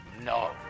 No